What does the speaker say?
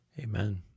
Amen